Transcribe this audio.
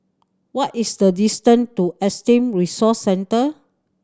what is the distance to Autism Resource Centre